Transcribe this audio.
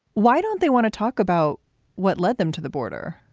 why don't they want to talk about what led them to the border?